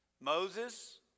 Moses